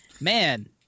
Man